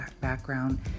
background